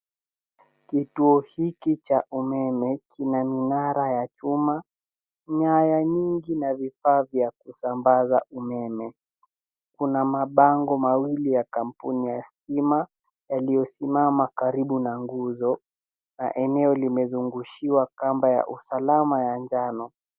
Kituo hiki cha umeme kina minara ya chuma, nyaya nyingi na vifaa vya kusambaza umeme. Kuna mabango mawili ya kampuni ya stima yaliyosimama karibu na nguzo na eneo limezungushiwa kamba ya usalama ya njano.